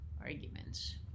arguments